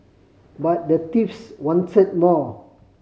but the thieves wanted more